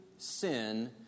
sin